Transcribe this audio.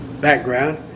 Background